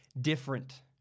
different